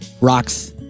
rocks